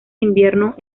invierno